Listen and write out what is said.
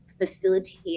facilitate